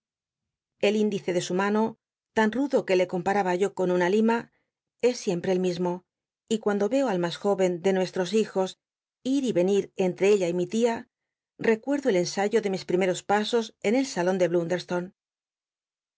l índice de su mano tan rudo que le comparaba yo con una lima es siempre el mismo y cuando veo al mas jóycn de nuestros hijos ir y y enir l nt re ella y mi tia l'ccuerdo el ensayo de mis i rimeros pasos en el salon de